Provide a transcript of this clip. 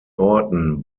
orten